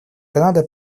канада